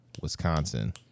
Wisconsin